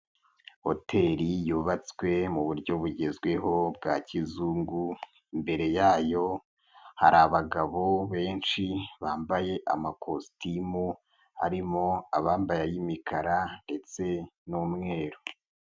Hotel yubatswe mu buryo bugezweho bwa kizungu, imbere yayo hari abagabo benshi bambaye amakositimu, harimo abambaye ay'imikara ndetse n'umweru.